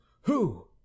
who